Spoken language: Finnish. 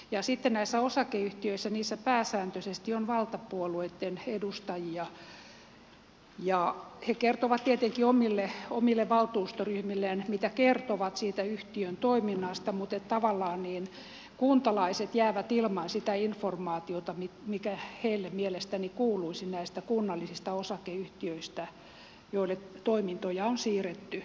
ja sitten näissä osakeyhtiöissä pääsääntöisesti on valtapuolueitten edustajia ja he kertovat tietenkin omille valtuustoryhmilleen mitä kertovat siitä yhtiön toiminnasta mutta tavallaan kuntalaiset jäävät ilman sitä informaatiota mikä heille mielestäni kuuluisi näistä kunnallisista osakeyhtiöistä joille toimintoja on siirretty kunnista